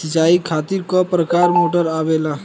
सिचाई खातीर क प्रकार मोटर आवेला?